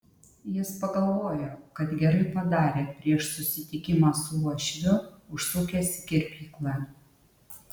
jis pagalvojo kad gerai padarė prieš susitikimą su uošviu užsukęs į kirpyklą